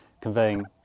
conveying